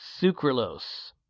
sucralose